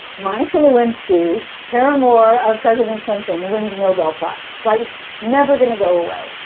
monica lewinsky, paramour of president clinton, wins nobel prize. right? it's never going to go away.